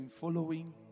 following